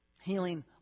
healing